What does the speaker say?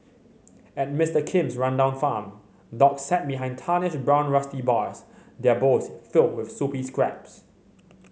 at Mister Kim's rundown farm dogs sat behind tarnished brown rusty bars their bowls filled with soupy scraps